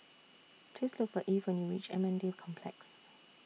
Please Look For Eve when YOU REACH M N D Complex